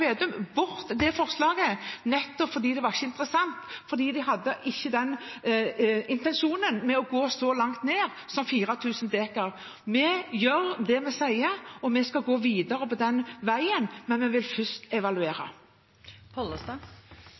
Vedum bort forslaget nettopp fordi det ikke var interessant – fordi de ikke hadde noen intensjon om å gå så langt ned som til 4 000 dekar. Vi gjør det vi sier, og vi skal gå videre på den veien. Men vi vil først